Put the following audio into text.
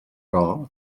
però